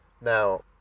now